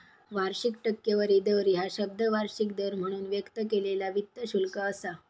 वार्षिक टक्केवारी दर ह्या शब्द वार्षिक दर म्हणून व्यक्त केलेला वित्त शुल्क असा